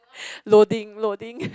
loading loading